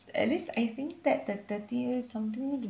at least I think that the thirty years somethings